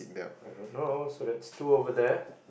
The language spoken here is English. I don't know so there's two over there